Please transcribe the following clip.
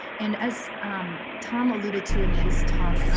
and as tom alluded to in his talk,